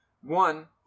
one